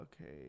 Okay